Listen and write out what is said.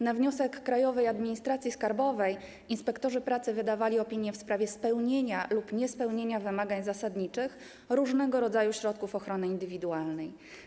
Na wniosek Krajowej Administracji Skarbowej inspektorzy pracy wydawali opinie w sprawie spełnienia lub niespełnienia wymagań zasadniczych różnego rodzaju środków ochrony indywidualnej.